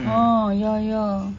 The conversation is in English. ah ya ya